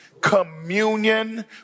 communion